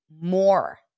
more